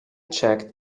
check